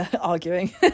arguing